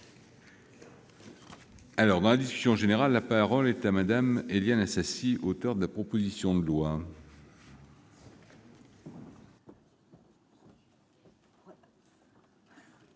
tard. Dans la discussion générale, la parole est à Mme Éliane Assassi, auteure de la proposition de loi.